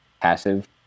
passive